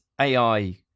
AI